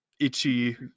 itchy